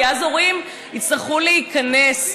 כי אז ההורים יצטרכו להיכנס.